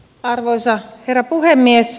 arvoisa herra puhemies